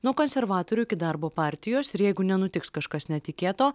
nuo konservatorių iki darbo partijos ir jeigu nenutiks kažkas netikėto